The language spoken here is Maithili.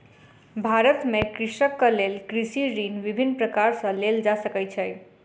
भारत में कृषकक लेल कृषि ऋण विभिन्न प्रकार सॅ लेल जा सकै छै